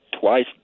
twice